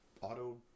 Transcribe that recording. auto